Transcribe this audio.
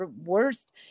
worst